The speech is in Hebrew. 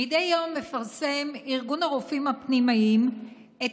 מדי יום מפרסם ארגון הרופאים הפנימיים את